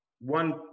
one